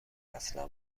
اصلا